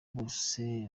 bose